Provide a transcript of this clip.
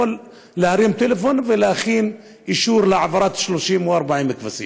הוא יכול להרים טלפון ולהכין אישור להעברת 30 או 40 כבשים.